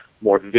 more